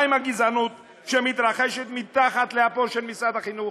מה עם הגזענות שמתרחשת מתחת לאפו של משרד החינוך?